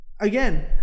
again